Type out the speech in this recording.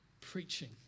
preaching